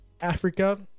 Africa